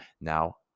Now